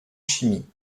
chimie